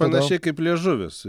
panašiai kaip liežuvis